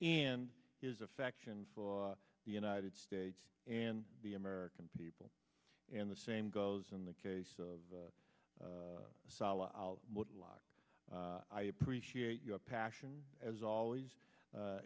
and his affection for the united states and the american people and the same goes in the case of solid i appreciate your passion as always